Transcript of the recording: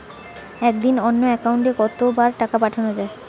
একদিনে অন্য একাউন্টে কত বার টাকা পাঠানো য়ায়?